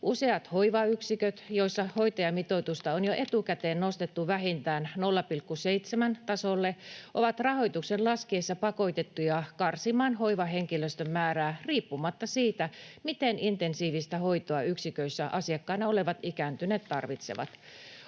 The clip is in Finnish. Useat hoivayksiköt, joissa hoitajamitoitusta on jo etukäteen nostettu vähintään 0,7:n tasolle, ovat rahoituksen laskiessa pakotettuja karsimaan hoivahenkilöstön määrää riippumatta siitä, miten intensiivistä hoitoa yksiköissä asiakkaina olevat ikääntyneet tarvitsevat.